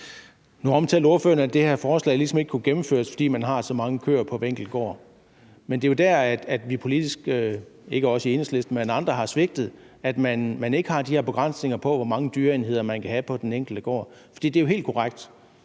Nu omtalte ordføreren, at det her forslag ligesom ikke kunne gennemføres, fordi man har så mange køer på hver enkelt gård. Men det er jo der, at vi politisk – ikke os i Enhedslisten, men andre – har svigtet, ved at man ikke har de her begrænsninger på, hvor mange dyreenheder man kan have på den enkelte gård. For det er jo helt korrekt,